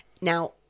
Now